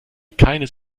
keines